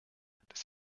dass